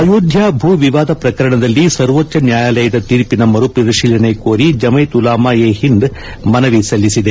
ಅಯೋಧ್ಯಾ ಭೂ ವಿವಾದ ಪ್ರಕರಣದಲ್ಲಿ ಸರ್ವೋಚ್ದ ನ್ಯಾಯಾಲಯದ ತೀರ್ಪಿನ ಮರುಪರಿತೀಲನೆ ಕೋರಿ ಜಮೈತ್ ಉಲಾಮಾ ಎ ಹಿಂದ್ ಮನವಿ ಸಲ್ಲಿಸಿದೆ